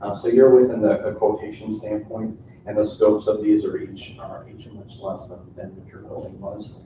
so you're within a ah quotation standpoint and the scopes of these are each and are each and much less than than what your building was,